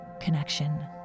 connection